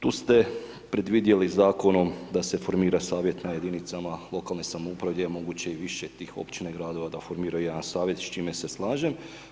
Tu ste predvidjeli Zakonom da se formira Savjet na jedinicama lokalne samouprave gdje je moguće i više tih općina i gradova da formiraju jedan Savjet, s čime se slažem.